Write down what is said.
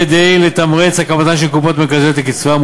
כדי לתמרץ הקמתן של קופות מרכזיות לקצבה,